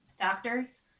doctors